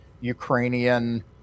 Ukrainian